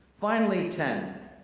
finally, ten.